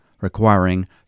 requiring